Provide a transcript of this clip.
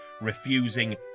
refusing